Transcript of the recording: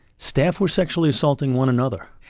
staff were sexually assaulting one another.